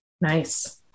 Nice